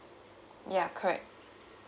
ya correct